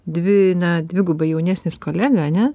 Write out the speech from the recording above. dvi na dvigubai jaunesnis kolega ane